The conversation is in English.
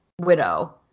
widow